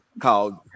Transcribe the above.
called